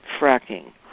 fracking